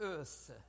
Earth